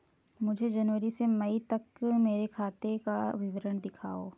मुझे जनवरी से मई तक मेरे खाते का विवरण दिखाओ?